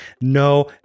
no